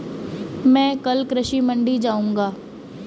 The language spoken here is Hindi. मैं कल कृषि मंडी जाऊँगा